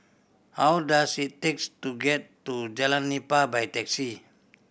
how does it takes to get to Jalan Nipah by taxi